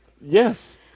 Yes